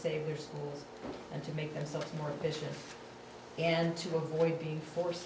save their school and to make themselves more efficient and to avoid being forced